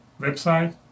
website